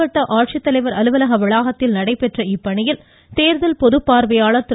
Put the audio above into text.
மாவட்ட ஆட்சித்தலைவர் அலுவலக வளாகத்தில் நடைபெற்ற இப்பணியில் தேர்தல் பொதுப்பார்வையாளர் திரு